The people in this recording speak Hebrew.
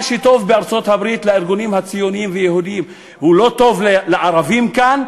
מה שטוב בארצות-הברית לארגונים הציוניים והיהודיים לא טוב לערבים כאן,